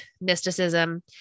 mysticism